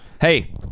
Hey